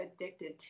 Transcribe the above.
addicted